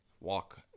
walk